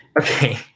Okay